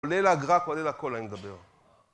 כולל האגרה כולל הכל אני מדבר